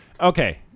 okay